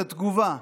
את התגובה.